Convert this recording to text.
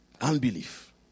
Unbelief